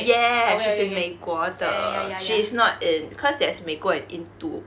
ya she's with 美国的 she is not in cause there's 美国 and 印度